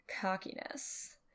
cockiness